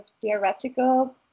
theoretical